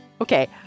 Okay